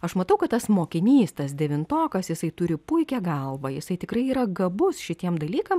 aš matau kad tas mokinys tas devintokas jisai turi puikią galvą jisai tikrai yra gabus šitiem dalykam